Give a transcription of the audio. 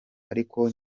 ariko